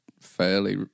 fairly